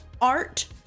art